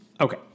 Okay